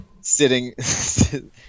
sitting